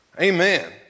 Amen